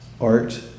art